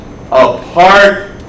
apart